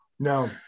No